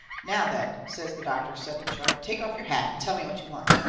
now, then, says the doctor, sudden and sharp, take off your hat and tell me what you want.